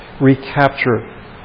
recapture